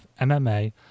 MMA